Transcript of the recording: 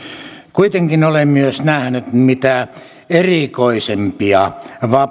kuitenkin olen myös nähnyt mitä erikoisimpia